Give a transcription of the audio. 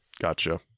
Gotcha